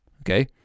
Okay